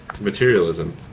materialism